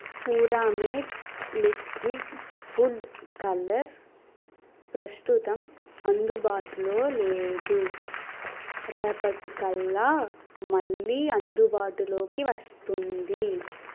Puramate liquid food colour ప్రస్తుతం అందుబాటులో లేదు రేపటి కల్లా మళ్ళీ అందుబాటులోకి వస్తుంది